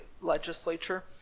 legislature